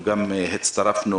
גם הצטרפנו